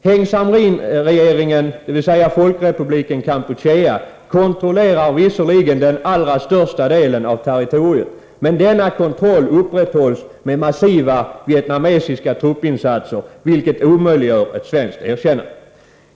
Heng Samrin-regeringen — dvs. Folkrepubliken Kampuchea -— kontrollerar visserligen den allra största delen av territoriet, men denna kontroll upprätthålls med massiva vietnamesiska truppinsatser, vilket omöjliggör ett svenskt erkännande.